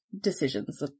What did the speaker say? decisions